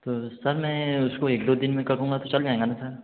तो सर मैं उसको एक दो दिन में करूँगा तो चल जाएगा ना सर